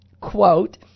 quote